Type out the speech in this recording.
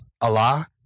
Allah